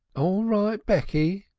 all right, becky,